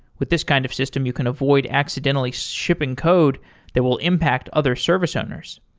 with this kind of system, you can avoid accidentally shipping code that will impact other service owners.